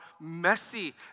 messy